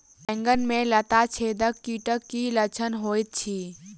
बैंगन मे तना छेदक कीटक की लक्षण होइत अछि?